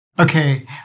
okay